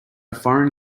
foreign